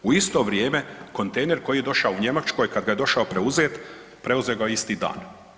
U isto vrijeme kontejner koji je došao u Njemačku, kad ga je došao preuzeti, preuzeo ga je isti dan.